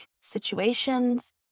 situations